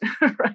right